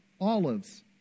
Olives